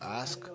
ask